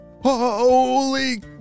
Holy